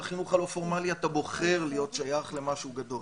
בחינוך הלא פורמלי אתה בוחר להיות שייך למשהו גדול,